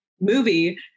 movie